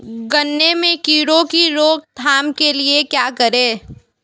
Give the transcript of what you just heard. गन्ने में कीड़ों की रोक थाम के लिये क्या करें?